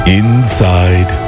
inside